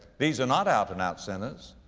these are not out and out sinners,